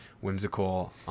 whimsical